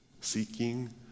seeking